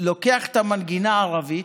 לוקח את המנגינה הערבית,